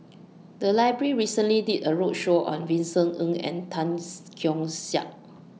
The Library recently did A roadshow on Vincent Ng and Tan Keong Saik